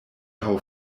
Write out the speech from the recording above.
how